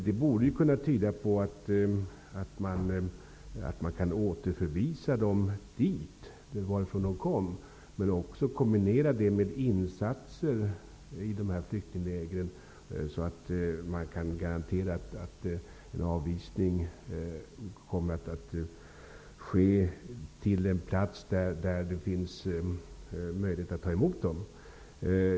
Det borde kunna tyda på att man kan återförvisa dem dit varifrån de kom, men också kombinera det med insatser i dessa flyktingläger, så att man kan garantera att en avvisning kommer att ske till en plats där det finns möjlighet att ta emot dem.